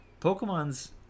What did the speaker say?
Pokemon's